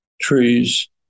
Trees